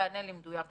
תענה לי מדויק בבקשה.